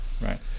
Right